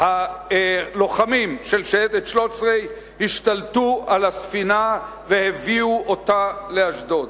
והלוחמים של שייטת 13 השתלטו על הספינה והביאו אותה לאשדוד.